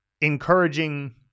encouraging